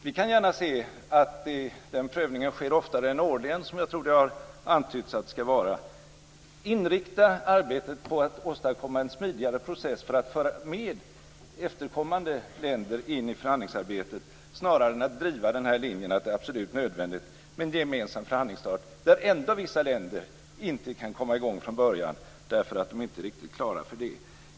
Vi ser gärna att den prövningen sker oftare än årligen, vilket jag tror är vad som har antytts skall gälla. Inrikta arbetet på att åstadkomma en smidigare process för att ta med efterkommande länder in i förhandlingsarbetet snarare än att driva linjen att det är absolut nödvändigt med en gemensam förhandlingsstart, där ändå vissa länder inte kan komma i gång från början därför att de inte är riktigt klara för det.